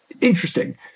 interesting